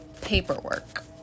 paperwork